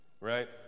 right